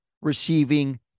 receiving